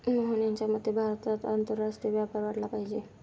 मोहन यांच्या मते भारतात आंतरराष्ट्रीय व्यापार वाढला पाहिजे